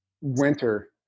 winter